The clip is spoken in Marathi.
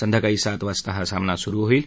संध्याकाळी सात वाजता हा सामना सुरु होईल